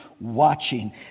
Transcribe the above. watching